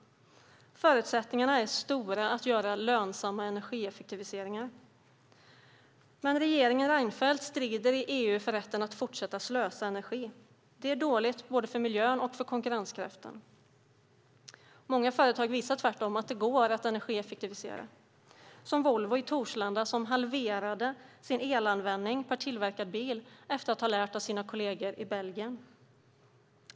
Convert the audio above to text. Förutsättningarna är goda för att göra lönsamma energieffektiviseringar, men regeringen Reinfeldt strider i EU för rätten att få fortsätta slösa energi. Det är dåligt för både miljön och konkurrenskraften. Många företag visar tvärtom att det går att energieffektivisera. Som exempel kan nämnas Volvo i Torslanda, som halverade sin elanvändning per tillverkad bil efter att ha lärt av sina kolleger i Belgien.